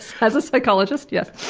as a psychologist, yes.